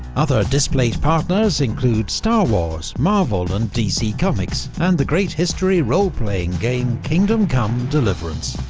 other displate partners include star wars, marvel and dc comics, and the great history role-playing game kingdom come deliverance,